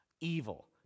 evil